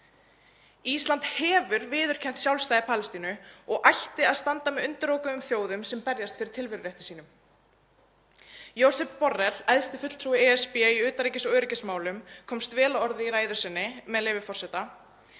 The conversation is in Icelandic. Ísland hefur viðurkennt sjálfstæði Palestínu og ætti að standa með undirokuðum þjóðum sem berjast fyrir tilverurétti sínum. Josep Borrell, æðsti fulltrúi ESB í utanríkis- og öryggismálum, komst vel að orði í ræðu sinni, með leyfi forseta: